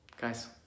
guys